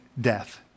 death